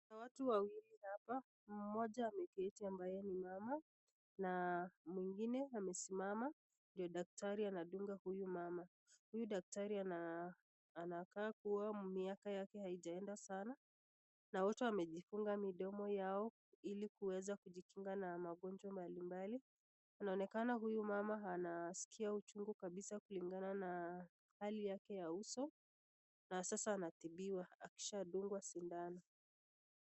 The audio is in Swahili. Kuna watu wawili hapa, mmoja ameketi ambaye ni mama na mwingine amesimama ndio daktari anamdunga mama, huyu daktari anakaa kuwa miaka yake haijaenda sana , na wote wamejifunga midomo yao ili kuweza kujikinga na magonjwa mbalimbali, inaonekana huyu mama anaskia uchungu sana kulingana na hali yake ya uso, na sasa anatibiwa akishaadungwa sindano.